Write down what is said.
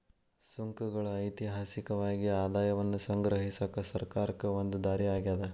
ಸುಂಕಗಳ ಐತಿಹಾಸಿಕವಾಗಿ ಆದಾಯವನ್ನ ಸಂಗ್ರಹಿಸಕ ಸರ್ಕಾರಕ್ಕ ಒಂದ ದಾರಿ ಆಗ್ಯಾದ